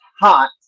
hot